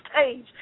stage